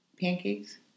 pancakes